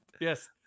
Yes